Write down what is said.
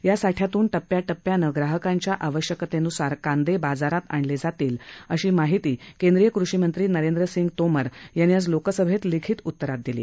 या साठ्यातून टप्प्याटप्प्यानं ग्राहकांच्या आवश्यकतेन्सार कांदे बाजारात आणले जातील अशी माहिती केंद्रीय कृषिमंत्री नरेंद्रसिंह तोमर यांनी आज लोकसभेत लिखीत उतरात दिली